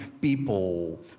people